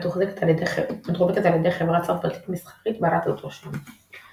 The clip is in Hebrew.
מתוחזקת על ידי חברה צרפתית מסחרית בעלת אותו שם.